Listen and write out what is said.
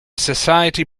society